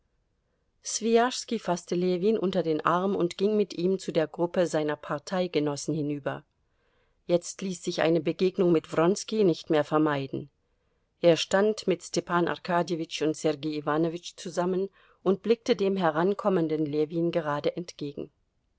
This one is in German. faßte ljewin unter den arm und ging mit ihm zu der gruppe seiner parteigenossen hinüber jetzt ließ sich eine begegnung mit wronski nicht mehr vermeiden er stand mit stepan arkadjewitsch und sergei iwanowitsch zusammen und blickte dem herankommenden ljewin gerade entgegen